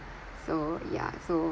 so yeah so